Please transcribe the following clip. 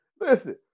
Listen